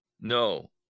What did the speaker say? No